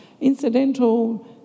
incidental